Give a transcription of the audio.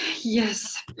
yes